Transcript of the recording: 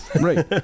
right